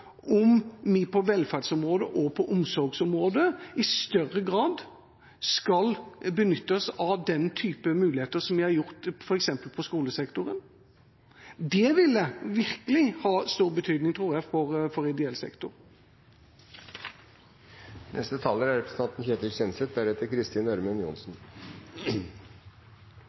om vi på velferdsområdet og på omsorgsområdet i større grad skal benytte oss av den type muligheter som vi har brukt f.eks. i skolesektoren? Det ville virkelig ha stor betydning for ideell sektor, tror jeg. Jeg tok ordet fordi det er